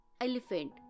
elephant